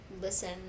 Listen